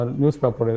newspaper